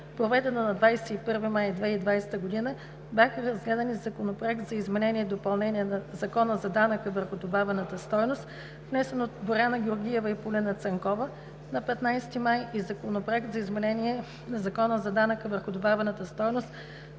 проведено на 21 май 2020 г., бяха разгледани Законопроект за изменение и допълнение на Закона за данък върху добавената стойност, № 054-01-42, внесен от Боряна Георгиева и Полина Цанкова-Христова на 15 май 2020 г., и Законопроект за изменение на Закона за данък върху добавената стойност,